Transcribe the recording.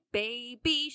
baby